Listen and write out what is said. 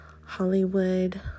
hollywood